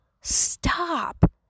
Stop